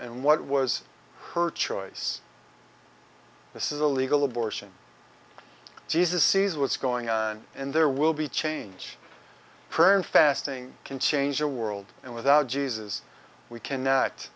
and what was her choice this is a legal abortion jesus sees what's going on and there will be change prayer and fasting can change your world and without jesus we conn